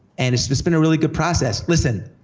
and it's just been a really good process. listen,